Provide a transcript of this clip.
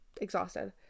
exhausted